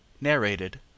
Narrated